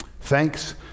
Thanks